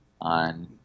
on